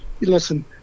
listen